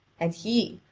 and he,